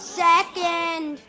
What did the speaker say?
second